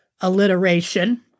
alliteration